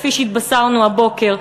כפי שהתבשרנו הבוקר,